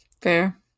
Fair